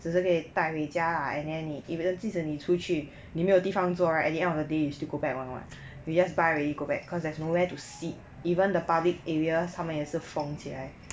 只是可以带回家 lah and then even if 即使你出去你没有地方坐 right at the end of the day you still go back [one] [what] you just buy already go back cause there is no where to sit even the public area 他们也是封起来